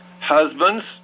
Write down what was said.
Husbands